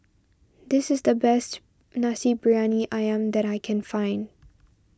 this is the best Nasi Briyani Ayam that I can find